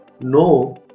no